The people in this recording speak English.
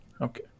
Okay